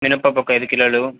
మినపప్పు ఒక ఐదు కిలోలు